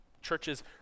Churches